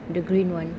the green one